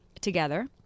together